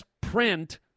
print